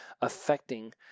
affecting